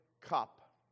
Cup